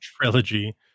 trilogy